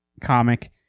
comic